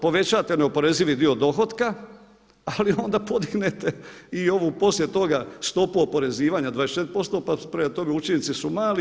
Povećate neoporezivi dio dohotka, ali onda podignete i ovu poslije toga stopu oporezivanja 24%, pa prema tome učinci su mali.